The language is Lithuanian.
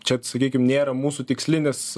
čia sakykim nėra mūsų tikslinis